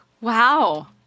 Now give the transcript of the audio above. Wow